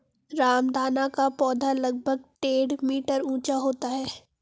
रामदाना का पौधा लगभग डेढ़ मीटर ऊंचा होता है